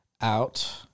out